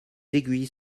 aiguilles